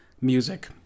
music